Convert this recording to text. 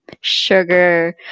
sugar